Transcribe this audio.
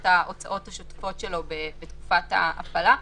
ההוצאות השוטפות שלו בתקופת ההפעלה.